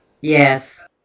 Yes